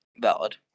Valid